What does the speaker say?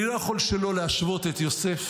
אני לא יכול שלא להשוות את יוסף